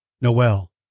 noel